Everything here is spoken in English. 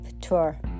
tour